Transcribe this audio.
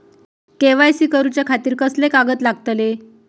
KYC करूच्या खातिर कसले कागद लागतले?